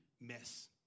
miss